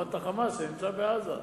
לעומת ה"חמאס", שנמצא בעזה.